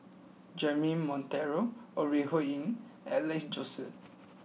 Jeremy Monteiro Ore Huiying and Alex Josey